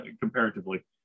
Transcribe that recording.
comparatively